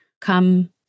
come